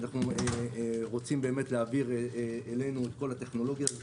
ואנחנו רוצים להעביר אלינו את כל הטכנולוגיה הזאת